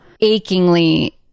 achingly